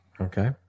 Okay